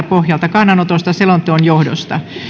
pohjalta kannanotosta selonteon johdosta